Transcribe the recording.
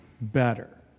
better